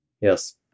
yes